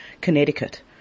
Connecticut